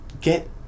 get